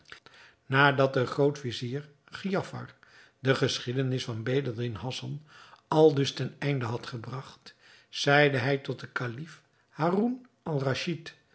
nadat de groot-vizier giafar de geschiedenis van bedreddin hassan aldus ten einde had gebragt zeide hij tot den kalif